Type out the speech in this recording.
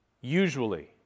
usually